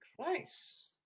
Christ